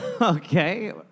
Okay